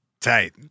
Tight